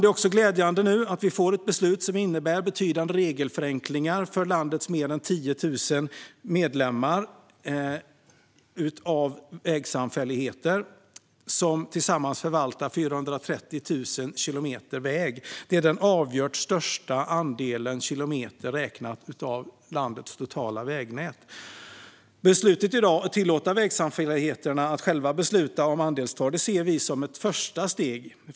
Det är glädjande att vi får ett beslut som innebär betydande regelförenklingar för landets mer än 10 000 medlemmar i vägsamfälligheter, som tillsammans förvaltar 430 000 kilometer väg. Det är den avgjort största andelen i kilometer räknat av landets totala vägnät. Beslutet att tillåta vägsamfälligheter att själva besluta om andelstal ser Centerpartiet som ett första steg.